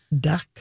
Duck